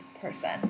person